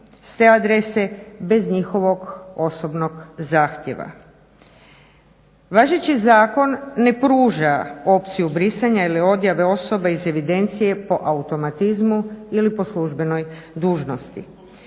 s te adrese bez njihovog osobnog zahtjeva. Važeći zakon ne pruža opciju brisanja ili odjave osobe iz evidencije po automatizmu ili po službenoj dužnosti.